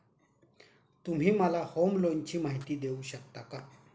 तुम्ही मला होम लोनची माहिती देऊ शकता का?